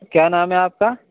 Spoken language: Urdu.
کیا نام ہے آپ کا